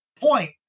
point